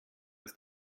ist